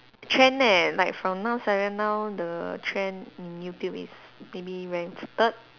trend eh like from now now the trend in YouTube is maybe rank third